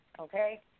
okay